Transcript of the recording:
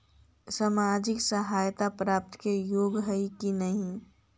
सामाजिक सहायता प्राप्त के योग्य हई कि नहीं?